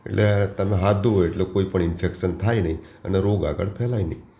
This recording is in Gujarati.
એટલે તમે હાથ ધોવો એટલે કોઈપણ ઈન્ફેકશન થાય નહીં અને રોગ આગળ ફેલાય નહીં